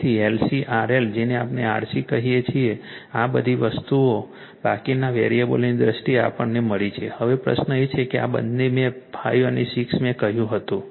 તેથી L C RL જેને આપણે RC કહીએ છીએ આ બધી વસ્તુઓ બાકીના વેરિયેબલોની દ્રષ્ટિએ આપણને મળી છે હવે પ્રશ્ન એ છે કે આ બેને મેં 5 અને 6 મેં કહ્યું હતું